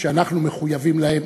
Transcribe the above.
שאנחנו מחויבים להם.